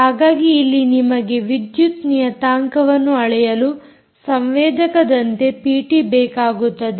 ಹಾಗಾಗಿ ಇಲ್ಲಿ ನಿಮಗೆ ವಿದ್ಯುತ್ ನಿಯತಾಂಕವನ್ನು ಅಳೆಯಲು ಸಂವೇದಕದಂತೆ ಪಿಟಿ ಬೇಕಾಗುತ್ತದೆ